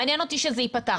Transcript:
מעניין אותי שזה ייפתח.